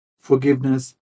forgiveness